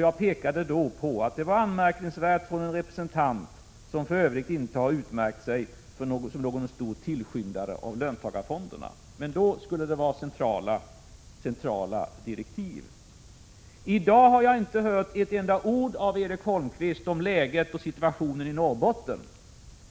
Jag framhöll att det var anmärkningsvärt för att komma från en representant som för övrigt inte har utmärkt sig som någon stor tillskyndare av löntagarfonder, men då ville han ha centrala direktiv. I dag har jag inte hört ett enda ord från Erik Holmkvist om läget och situationen i Norrbotten,